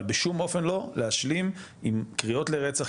אבל בשום אופן לא להשלים עם קריאות לרצח,